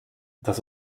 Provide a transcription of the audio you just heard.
das